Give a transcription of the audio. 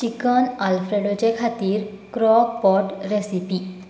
chicken आलफ्रेडोचें खातीर crockpot recipe